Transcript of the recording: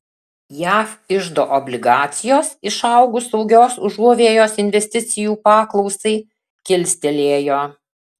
jav iždo obligacijos išaugus saugios užuovėjos investicijų paklausai kilstelėjo